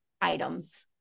items